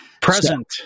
Present